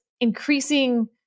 increasing